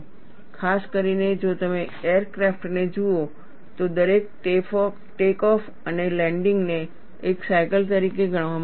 ખાસ કરીને જો તમે એરક્રાફ્ટને જુઓ તો દરેક ટેકઓફ અને લેન્ડિંગને એક સાયકલ તરીકે ગણવામાં આવે છે